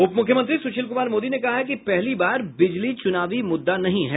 उपमुख्यमंत्री सुशील कुमार मोदी ने कहा है कि पहली बार बिजली चुनावी मुद्दा नहीं है